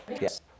yes